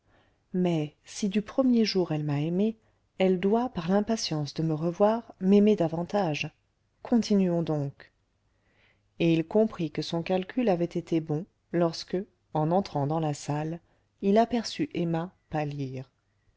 mais si du premier jour elle m'a aimé elle doit par l'impatience de me revoir m'aimer davantage continuons donc et il comprit que son calcul avait été bon lorsque en entrant dans la salle il aperçut emma pâlir